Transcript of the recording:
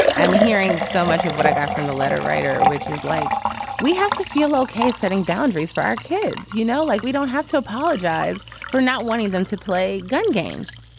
i'm hearing so much of what i got from the letter writer, which is like we have to feel okay setting boundaries for our kids. you know, like we don't have to apologize for not wanting them to play gun games.